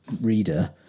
reader